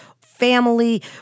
family